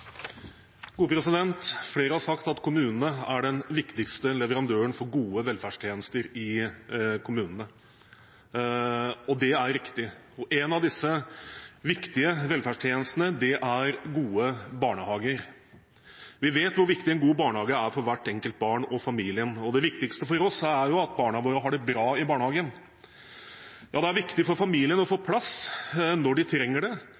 gode velferdstjenester i kommunene. Det er riktig. En av disse viktige velferdstjenestene er gode barnehager. Vi vet hvor viktig en god barnehage er for hvert enkelt barn og familien, og det viktigste for oss er at barna våre har det bra i barnehagen. Det er viktig for familien å få plass når de trenger det.